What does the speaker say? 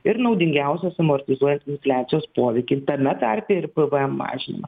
ir naudingiausios amortizuojant infliacijos poveikį tame tarpe ir pvm mažinimą